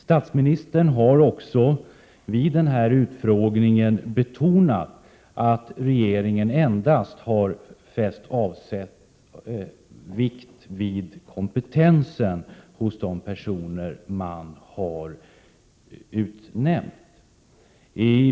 Statsministern har också vid utfrågningen betonat att regeringen har fäst vikt endast vid kompetensen hos de personer man har utnämnt.